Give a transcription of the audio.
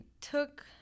took